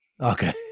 okay